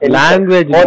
language